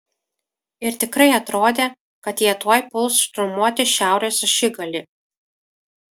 ir tikrai atrodė kad jie tuoj puls šturmuoti šiaurės ašigalį